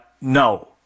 no